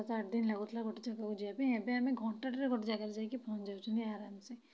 ସାତ ଆଠ ଦିନ ଲାଗୁଥିଲା ଗୋଟେ ଜାଗାକୁ ଯିବା ପାଇଁ ଏବେ ଆମେ ଘଣ୍ଟାଟରେ ଗୋଟେ ଜାଗାରେ ଯାଇକି ପହଞ୍ଚି ଯାଉଛନ୍ତି ଆରାମ ସେ